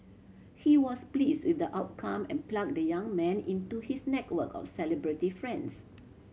he was please with the outcome and plug the young man into his network of celebrity friends